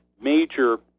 major